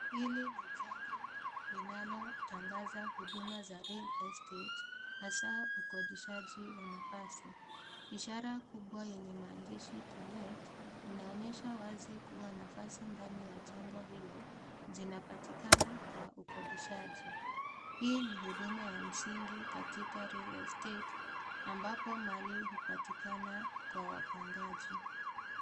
Hili ni jengo linalotangaza huduma za real estate hasa ukodishaji wa nafasi. Ishara kubwa yenye maandishi to-let inaonyesha wazi kuwa nafasi ndani ya jengo hilo zinapatikana kwa ukodishaji. Hii ni huduma ya msingi katika real estate ambapo mali hupatikana kwa wapangaji.